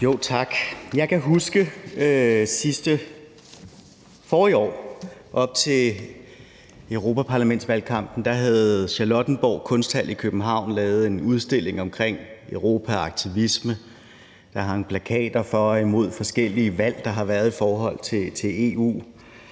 Tak. Jeg kan huske forrige år op til europaparlamentsvalgkampen. Da havde Charlottenborg Kunsthal i København lavet en udstilling om Europa og aktivisme. Der hang plakater for og imod i forbindelse med forskellige valg, der har været, om EU.